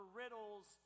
riddles